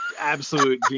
absolute